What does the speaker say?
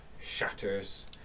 shatters